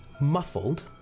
muffled